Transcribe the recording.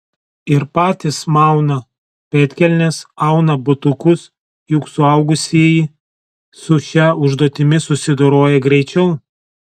ir patys mauna pėdkelnes auna batukus juk suaugusieji su šia užduotimi susidoroja greičiau